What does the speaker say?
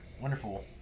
Wonderful